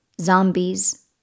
zombies